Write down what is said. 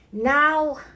Now